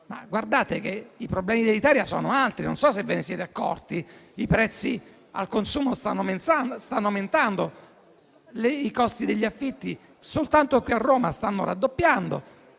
riforme, ma i problemi dell'Italia sono altri, non so se ve ne siete accorti: i prezzi al consumo stanno aumentando, i costi degli affitti soltanto qui a Roma stanno raddoppiando,